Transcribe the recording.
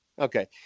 Okay